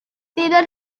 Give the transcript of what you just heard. tidak